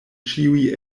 ĉiuj